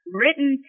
written